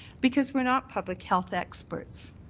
because we are not public health experts.